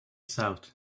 south